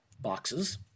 boxes